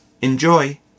Enjoy